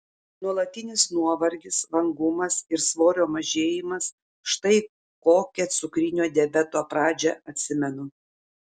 nuolatinis nuovargis vangumas ir svorio mažėjimas štai kokią cukrinio diabeto pradžią atsimenu